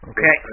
Okay